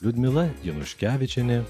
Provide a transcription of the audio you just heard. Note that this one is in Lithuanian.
liudmila januškevičienė